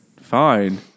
fine